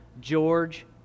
George